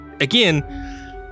again